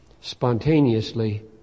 spontaneously